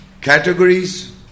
categories